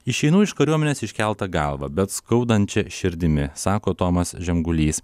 išeinu iš kariuomenės iškelta galva bet skaudančia širdimi sako tomas žemgulys